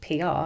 PR